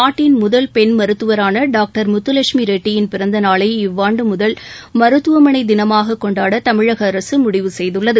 நாட்டின் முதல் பெண் மருத்துவரான டாக்டர் முத்துலட்சுமி ரெட்டியின் பிறந்தநாளை இவ்வாண்டு முதல் மருத்துவமனை தினமாகக் கொண்டாட தமிழக அரசு முடிவு செய்துள்ளது